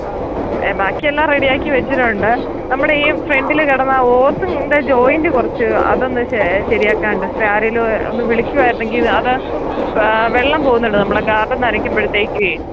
ആ ബാക്കിയെല്ലാം റെഡി ആക്കി വെച്ചിട്ടുണ്ട് നമ്മുടെ ഈ ഫ്രണ്ടിൽ കിടന്ന ഓസിൻ്റെ ജോയിൻറ്റ് കുറച്ച് അതൊന്ന് ശരിയാക്കാനുണ്ട് സിസ്റ്റർ ആരേയെലും ഒന്ന് വിളിക്കുവായിരുന്നെങ്കിൽ അത് വെള്ളം പോകുന്നുണ്ട് നമ്മുടെ ഗാർഡൻ നനയ്ക്കുമ്പോഴത്തേക്ക്